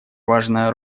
важная